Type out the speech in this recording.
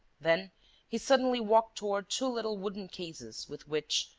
then he suddenly walked toward two little wooden cases with which,